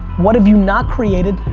what have you not created?